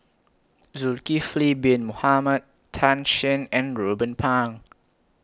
Zulkifli Bin Mohamed Tan Shen and Ruben Pang